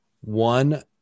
one